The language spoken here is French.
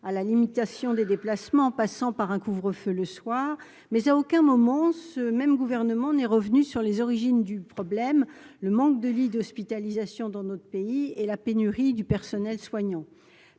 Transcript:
à la limitation des déplacements en passant par un couvre-feu le soir, mais à aucun moment, ce même gouvernement n'est revenu sur les origines du problème : le manque de lits d'hospitalisation dans notre pays et la pénurie du personnel soignant,